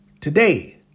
Today